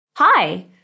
Hi